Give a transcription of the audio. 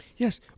Yes